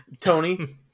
Tony